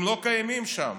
הם לא קיימים שם,